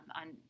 on